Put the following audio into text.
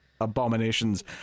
abominations